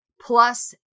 plus